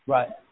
Right